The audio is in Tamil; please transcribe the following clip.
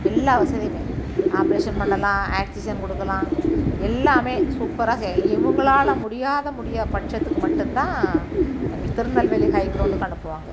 எல்லா வசதியுமே ஆப்ரேஷன் பண்ணலாம் ஆக்சிஜன் கொடுக்கலாம் எல்லாமே சூப்பராக இவங்களால முடியாத முடியாத பட்சத்துக்கு மட்டும் தான் எங்களுக்கு திருநெல்வேலி ஹை க்ரௌண்டுக்கு அனுப்புவாங்க